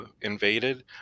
invaded